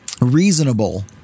reasonable